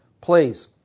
Please